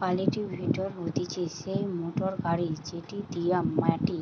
cultivator হতিছে সেই motor গাড়ি যেটি দিয়া মাটি